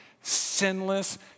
sinless